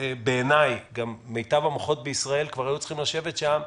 בעיניי מיטב המוחות בישראל כבר היו צריכים לשבת שם,